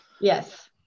Yes